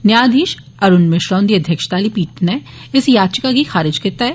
न्यायधीश अरूण मिश्रा हुंदी अध्यक्षता आली पीठ नै इस याचिका गी खारिज कीता ऐ